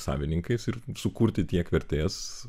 savininkais ir sukurti tiek vertės